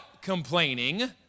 complaining